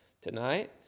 tonight